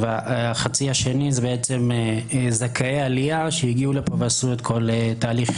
והחצי השנה זה זכאי עלייה שהגיעו לפה ועשו את כל תהליך